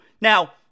Now